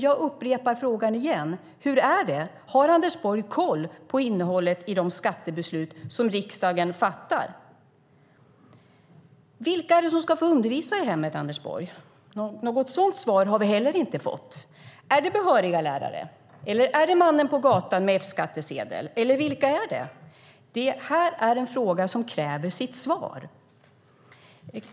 Jag upprepar frågan: Hur är det, har Anders Borg koll på innehållet i de skattebeslut som riksdagen fattar? Vilka ska få undervisa i hemmet, Anders Borg? Det har vi inte heller fått svar på. Är det behöriga lärare, är det mannen på gatan med F-skattsedel, eller vilka är det? Det är en fråga som kräver sitt svar.